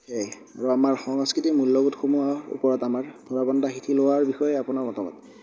সেয়াই আৰু আমাৰ সংস্কৃতিৰ মূল্যবোধসমূহ ওপৰত আমাৰ ধৰাবন্ধাৰ শিথিল হোৱাৰ বিষয়ে আপোনাৰ মতামত